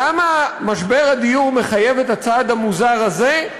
למה משבר הדיור מחייב את הצעד המוזר הזה?